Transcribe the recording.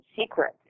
secret